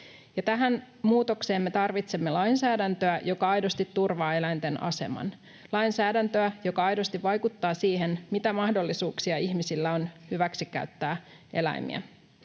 tähän muutokseen me tarvitsemme lainsäädäntöä, joka aidosti turvaa eläinten aseman, lainsäädäntöä, joka aidosti vaikuttaa siihen, mitä mahdollisuuksia ihmisillä on hyväksikäyttää eläimiä.